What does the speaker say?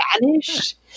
vanished